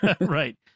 Right